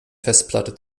festplatte